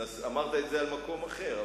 אמרת את זה על מקום אחר,